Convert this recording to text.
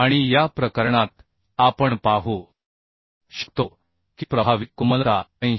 आणि या ठिकाणी आपण पाहू शकतो की प्रभावी कोमलता 80